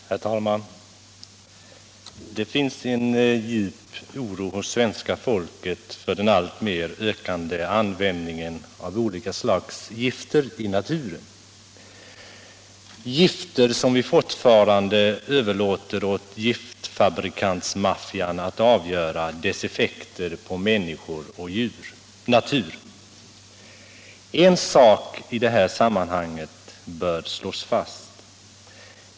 Herr talman! Det finns en djup oro hos svenska folket för den alltmer ökande användningen av olika slags gifter i naturen — gifter vilkas effekter på människor och natur vi fortfarande överlåter åt giftfabrikantsmaffian att uttala sig om. En sak bör i det här sammanhanget slås fast.